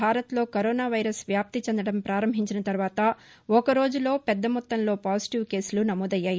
భారత్లో corona virus వ్యాప్తి చెందడం పారంభించిన తర్వాత ఒకరోజులో పెద్ద మొత్తంలో పాజిటివ్ కేసులు నమోదయ్యాయి